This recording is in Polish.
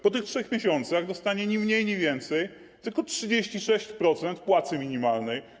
Po tych 3 miesiącach dostanie ni mniej, ni więcej tylko 36% płacy minimalnej.